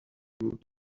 بود